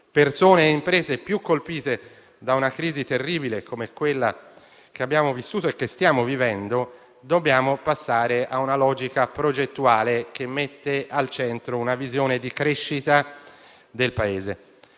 persone e le imprese più colpite da una crisi terribile, come quella che abbiamo vissuto e che stiamo vivendo, dobbiamo passare a una progettuale, che metta al centro una visione di crescita del Paese.